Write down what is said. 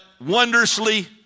wondrously